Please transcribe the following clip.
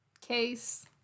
Case